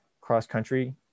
cross-country